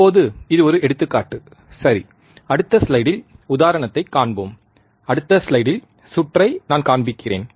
இப்போது இது ஒரு எடுத்துக்காட்டு சரி அடுத்த ஸ்லைடில் உதாரணத்தைக் காண்போம் அடுத்த ஸ்லைடில் சுற்றை நான் காண்பிக்கிறேன்